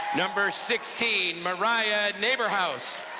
number sixteen, mariah naberhaus.